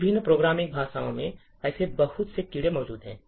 विभिन्न प्रोग्रामिंग भाषाओं में ऐसे बहुत से कीड़े मौजूद हैं